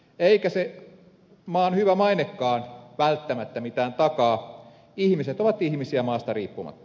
eikä se maan hyvä mainekaan välttämättä mitään takaa ihmiset ovat ihmisiä maasta riippumatta